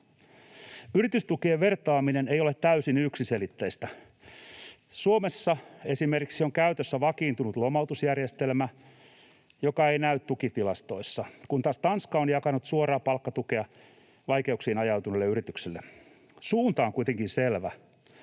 ”Yritystukien vertaaminen ei ole täysin yksiselitteistä. Suomessa esimerkiksi on käytössä vakiintunut lomautusjärjestelmä, joka ei näy tukitilastoissa, kun taas Tanska on jakanut suoraan palkkatukea vaikeuksiin ajautuneille yrityksille. Suunta on kuitenkin selvä.